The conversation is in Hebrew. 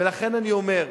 ולכן אני אומר: